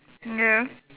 ya